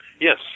Yes